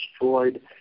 destroyed